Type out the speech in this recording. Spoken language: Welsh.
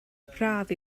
braf